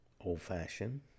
old-fashioned